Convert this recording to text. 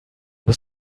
muss